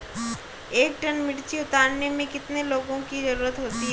एक टन मिर्ची उतारने में कितने लोगों की ज़रुरत होती है?